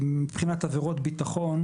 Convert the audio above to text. מבחינת עבירות ביטחון,